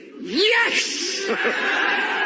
Yes